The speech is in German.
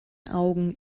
augen